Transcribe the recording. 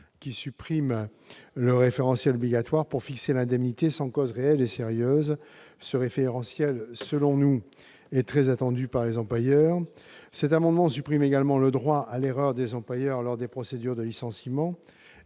à supprimer le référentiel obligatoire pour fixer l'indemnité sans cause réelle et sérieuse. À notre sens, ce référentiel est très attendu par les employeurs. Cet amendement vise en outre à supprimer le droit à l'erreur des employeurs lors des procédures de licenciement